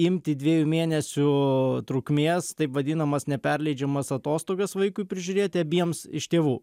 imti dviejų mėnesių trukmės taip vadinamas neperleidžiamas atostogas vaikui prižiūrėti abiems iš tėvų